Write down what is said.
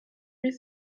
huit